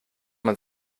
man